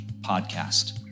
podcast